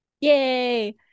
Yay